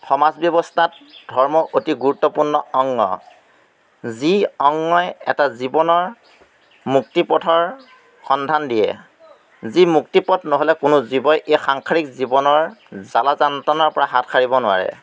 সমাজ ব্যৱস্থাত ধৰ্ম অতি গুৰুত্বপূৰ্ণ অংগ যি অংগই এটা জীৱনৰ মুক্তিপথৰ সন্ধান দিয়ে যি মুক্তিপথ নহ'লে কোনো জীৱই এই সাংসাৰিক জীৱনৰ জ্বালা যান্ত্ৰনাৰ পৰা হাত সাৰিব নোৱাৰে